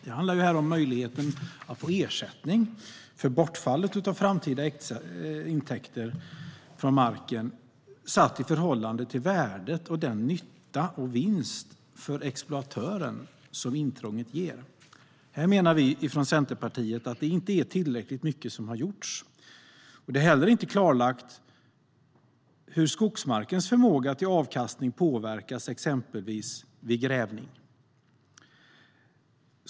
Det handlar om möjligheten att få ersättning för bortfallet av framtida intäkter för marken satt i förhållande till värdet av den nytta och vinst för exploatören som intrånget ger. Här menar vi från Centerpartiet att det inte är tillräckligt mycket som gjorts. Det är heller inte klarlagt hur skogsmarkens förmåga till avkastning påverkas vid exempelvis grävning.